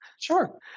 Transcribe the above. Sure